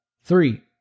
three